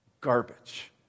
garbage